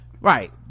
right